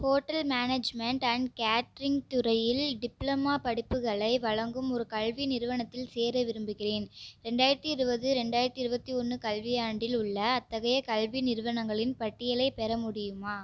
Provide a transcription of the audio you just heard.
hotel management and catering துறையில் diploma படிப்புகளை படிப்புகளை வழங்கும் ஒரு கல்வி நிறுவனத்தில் சேர விரும்புகிறேன் இரண்டாயிரத்தி இருபது இரண்டாயிரத்தி இருபத்தி ஒன்று கல்வியாண்டில் உள்ள அத்தகைய கல்வி நிறுவனங்களின் பட்டியலைப் பெற முடியுமா